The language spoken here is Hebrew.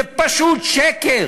זה פשוט שקר.